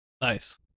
nice